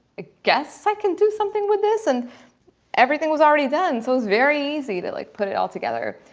ah guess i can do something with this and everything was already done. so it was very easy. they like put it all together,